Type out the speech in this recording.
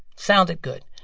sounded good.